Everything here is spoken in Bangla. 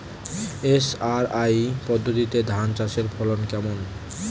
এস.আর.আই পদ্ধতিতে ধান চাষের ফলন কেমন?